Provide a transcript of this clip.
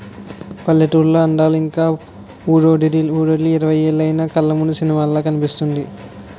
పల్లెటూరి అందాలు ఇంక వూరొదిలి ఇరవై ఏలైన కళ్లముందు సినిమాలా కనిపిస్తుంది